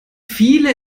viele